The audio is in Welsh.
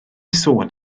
sôn